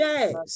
Yes